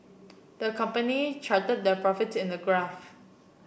the company charted their profits in a graph